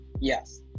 Yes